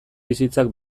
bizitzak